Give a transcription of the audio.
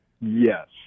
Yes